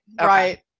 right